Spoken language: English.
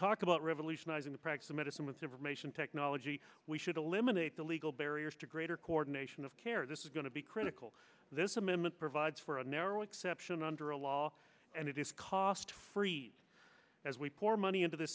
talk about revolutionizing the practice of medicine with information technology we should eliminate the legal barriers to greater coordination of care this is going to be critical this amendment provides for a narrow exception under a law and it is cost free as we pour money into th